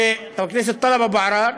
חבר הכנסת טלב אבו עראר,